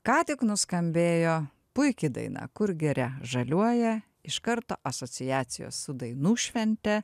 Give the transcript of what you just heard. ką tik nuskambėjo puiki daina kur giria žaliuoja iš karto asociacijos su dainų švente